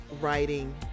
writing